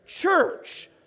church